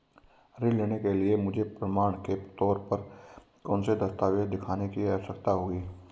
ऋृण लेने के लिए मुझे प्रमाण के तौर पर कौनसे दस्तावेज़ दिखाने की आवश्कता होगी?